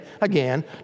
again